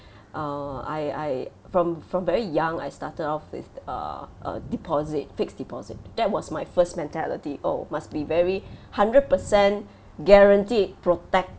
err I I from from very young I started off with err uh deposit fixed deposit that was my first mentality oh must be very hundred percent guaranteed protec~